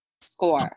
score